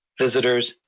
visitors,